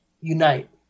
unite